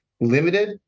limited